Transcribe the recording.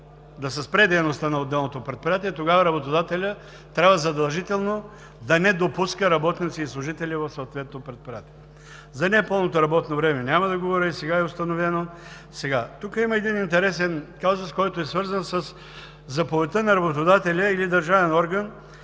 да се спре дейността на отделното предприятие, тогава работодателят трябва задължително да не допуска работници и служители в съответното предприятие. За непълното работно време няма да говоря, то и сега е установено. Тук има един интересен казус, който е свързан със заповедта на работодателя или на държавен орган.